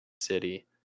City